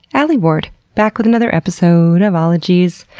alie ward, back with another episode of ologies.